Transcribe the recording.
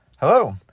Hello